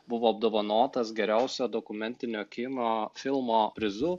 buvo apdovanotas geriausio dokumentinio kino filmo prizu